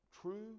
True